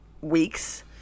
weeks